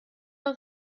have